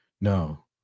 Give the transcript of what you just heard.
No